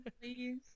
please